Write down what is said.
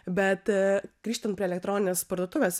bet grįžtant prie elektroninės parduotuvės